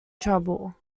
trouble